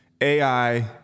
AI